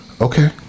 Okay